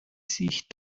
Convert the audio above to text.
sich